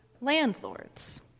landlords